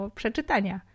przeczytania